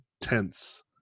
tense